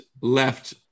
left